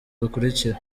bakurikira